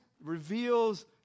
reveals